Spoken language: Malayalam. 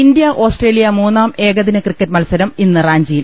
ഇന്ത്യാ ഓസ്ട്രേലിയ മൂന്നാം ഏകദിന ക്രിക്കറ്റ് മത്സരം ഇന്ന് റാഞ്ചിയിൽ